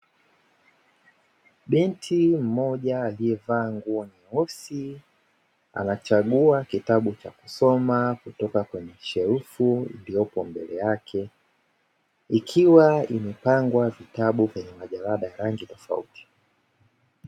Binti mmoja aliyevaa nguo nyeusi, anachagua kitabu cha kusoma kutoka kwenye shelfu iliyopo mbele yake, ikawa imepangwa vitabu vyenye majalada ya rangi tofauti.